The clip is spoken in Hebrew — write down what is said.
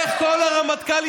כמה דקות ישבת?